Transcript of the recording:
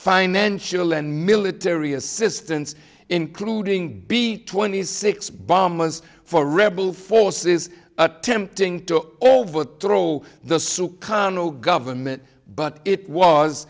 financial and military assistance including b twenty six bombers for rebel forces attempting to overthrow the su kano government but it was